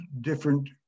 different